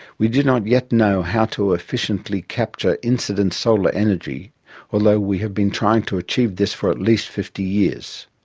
we do not yet know how to efficiently capture incident solar energy although we have been trying to achieve this for at least fifty years,